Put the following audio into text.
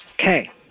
Okay